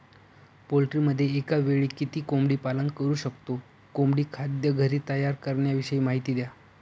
पोल्ट्रीमध्ये एकावेळी किती कोंबडी पालन करु शकतो? कोंबडी खाद्य घरी तयार करण्याविषयी माहिती द्या